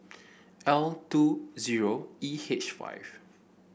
L two zero E H five